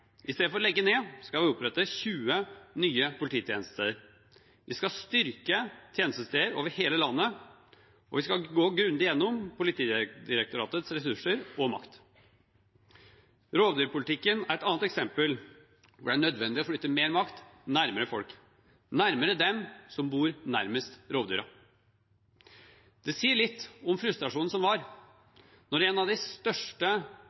Istedenfor å legge ned, skal vi opprette 20 nye polititjenestesteder. Vi skal styrke tjenestesteder over hele landet, og vi skal gå grundig gjennom Politidirektoratets ressurser og makt. Rovdyrpolitikken er et annet eksempel hvor det er nødvendig å flytte mer makt nærmere folk, nærmere dem som bor nærmest rovdyrene. Det sier litt om frustrasjonen som var når en av de største